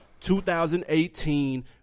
2018